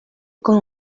con